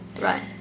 Right